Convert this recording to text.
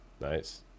Nice